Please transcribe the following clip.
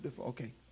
okay